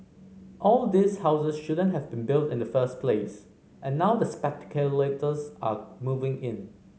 all these houses shouldn't have been built in the first place and now the are moving in